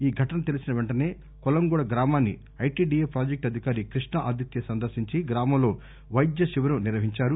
ఈ ఘటన తెలిసిన పెంటనే కొలంగూడ గ్రామాన్పి ఐటిడిఎ ప్రాజెక్టు అధికారి కృష్ణ ఆదిత్య సందర్భించి గ్రామంలో వైద్య శిభిరం నిర్వహించారు